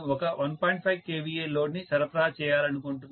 5 kVA load ని సరఫరా చేయాలనుకుంటున్నాను